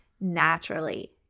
naturally